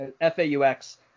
F-A-U-X